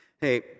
hey